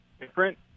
different